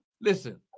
listen